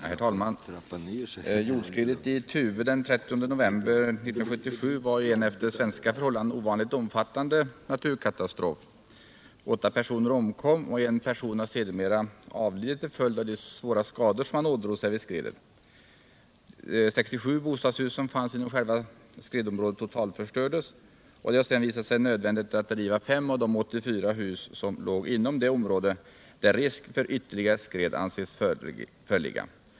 Herr talman! Jordskredet i Tuve den 30 november 1977 var ju en efter svenska förhållanden ovanligt omfattande naturkatastrof. Åtta personer omkom och en person har sedermera avlidit till följd av de svåra skador som han ådrog sig vid skredet. De 67 bostadshus som fanns inom själva skredområdet totalförstördes. Det har sedan visat sig nödvändigt att riva fem av de 84 hus som låg inom det område där risk för ytterligare skred anses föreligga.